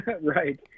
right